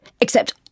Except